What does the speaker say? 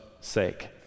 sake